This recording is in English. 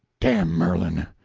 damn merlin!